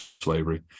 slavery